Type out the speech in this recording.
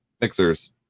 mixers